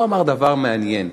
הוא אמר דבר מעניין.